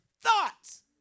thoughts